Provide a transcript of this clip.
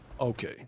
Okay